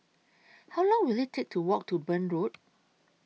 How Long Will IT Take to Walk to Burn Road